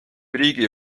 riigi